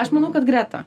aš manau kad greta